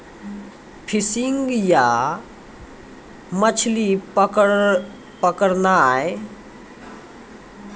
fishing या मछली पकड़नाय व्यापार आरु मनोरंजन दुनू के लेली करलो जाय छै